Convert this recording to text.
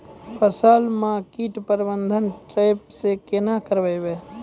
फसल म कीट प्रबंधन ट्रेप से केना करबै?